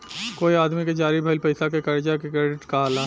कोई आदमी के जारी भइल पईसा के कर्जा के क्रेडिट कहाला